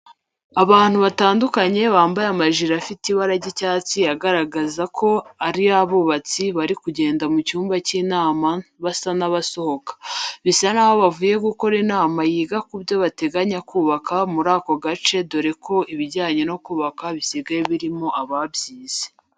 Abanti batandukanye bambaye amajiri afitemo ibara ry'icyatsi agaragaza ko ari abubatsi bari kugenda mu cyumba cy'inama basa n'abasohoka. Bisa naho bavuye gukora inama yiga ku byo bateganya kubaka muri ako gace dore ko ibijyanye no kubaka bisigaye birimo ababyize.